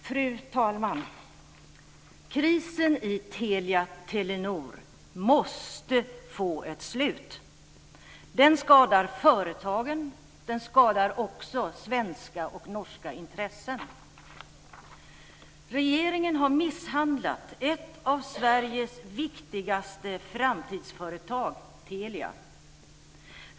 Fru talman! Krisen i Telia-Telenor måste få ett slut. Den skadar företagen och också svenska och norska intressen. Regeringen har misshandlat ett av Sveriges viktigaste framtidsföretag, Telia.